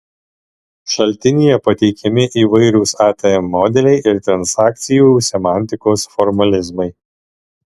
šaltinyje pateikiami įvairūs atm modeliai ir transakcijų semantikos formalizmai